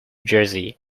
jersey